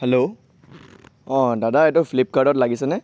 hello অঁ দাদা এইটো ফ্লিপকাৰ্টত লাগিছেনে